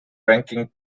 ranking